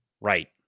Right